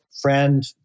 friend